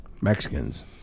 Mexicans